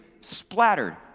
splattered